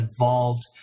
involved